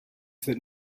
that